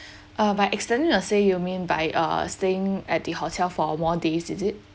uh by extending your stay you mean by err staying at the hotel for more days is it